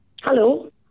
Hello